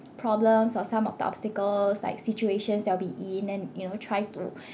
problems or some of the obstacles like situations that I'll be in and you know try to